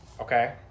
Okay